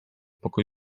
poko